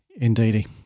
Indeedy